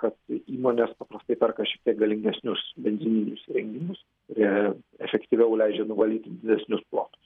kad įmonės paprastai perka šiektiek galingesnius benzininius įrengimus kurie efektyviau leidžia nuvalyti didesnius plotus